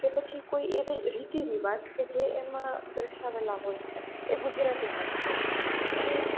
કે પછી એવી રીતિરિવાજ જે એમાં દર્શાવેલા હોય છે એ ગુજરાતીમાં જ હોય છે અને